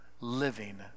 living